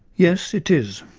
yes, it is.